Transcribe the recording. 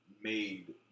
made